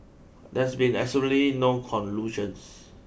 there's been absolutely no collusions